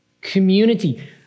community